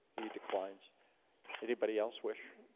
he declines anybody else wish